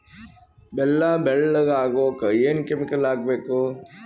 ಬೆಲ್ಲ ಬೆಳಗ ಆಗೋಕ ಏನ್ ಕೆಮಿಕಲ್ ಹಾಕ್ಬೇಕು?